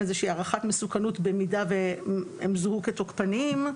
הערכת מסוכנות במידה והם זוהו כתוקפניים,